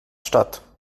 statt